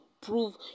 prove